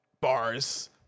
Bars